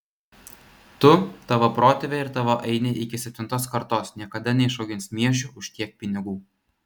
tu tavo protėviai ir tavo ainiai iki septintos kartos niekada neišaugins miežių už tiek pinigų